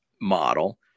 model